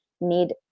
need